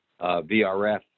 VRF